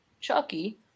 Chucky